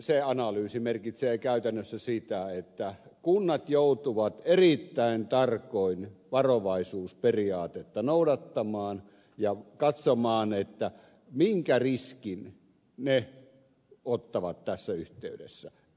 se analyysi merkitsee käytännössä sitä että kunnat joutuvat erittäin tarkoin varovaisuusperiaatetta noudattamaan ja katsomaan minkä riskin ne ottavat tässä yhteydessä